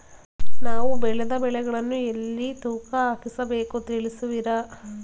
ನಾವು ಬೆಳೆದ ಬೆಳೆಗಳನ್ನು ಎಲ್ಲಿ ತೂಕ ಹಾಕಿಸ ಬೇಕು ತಿಳಿಸುವಿರಾ?